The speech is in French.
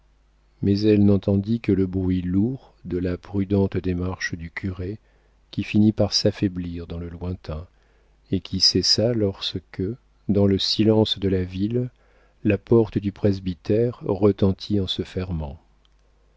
mais elle n'entendit que le bruit lourd de la prudente démarche du curé qui finit par s'affaiblir dans le lointain et qui cessa lorsque dans le silence de la ville la porte du presbytère retentit en se fermant